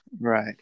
Right